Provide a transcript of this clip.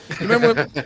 Remember